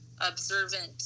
observant